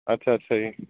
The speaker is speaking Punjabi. ਅੱਛਾ ਅੱਛਾ ਜੀ